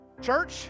Church